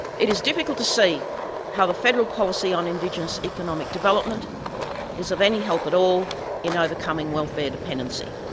it is difficult to see how the federal policy on indigenous economic development is of any help at all in overcoming welfare dependency.